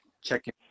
checking